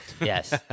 Yes